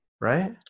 right